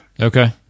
Okay